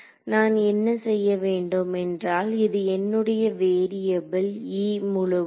நான் என்ன செய்ய வேண்டும் என்றால் இது என்னுடைய வேரியபுள் E முழுவதும்